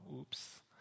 oops